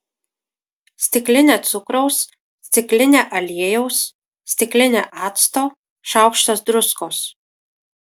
stiklinė cukraus stiklinė aliejaus stiklinė acto šaukštas druskos